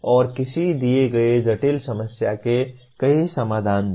और किसी दिए गए जटिल समस्या के कई समाधान दें